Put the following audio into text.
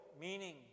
meaning